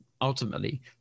ultimately